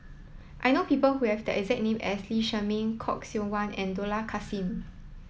I know people who have the exact name as Lee Shermay Khoo Seok Wan and Dollah Kassim